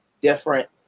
different